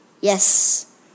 Yes